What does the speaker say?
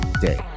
day